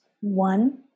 one